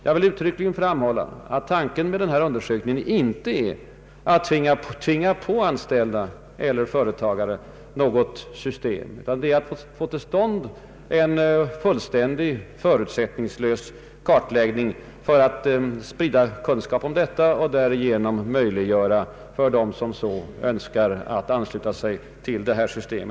Jag vill uttryckligen framhålla att tanken med utredningen inte är att tvinga på anställda eller företagare något utan att få till stånd en fullständig förutsättningslös kartläggning för att sprida kunskap och därigenom möjliggöra för dem som så önskar att ansluta sig till lämpligt system.